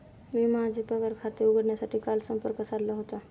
मी माझे पगार खाते उघडण्यासाठी काल संपर्क साधला होता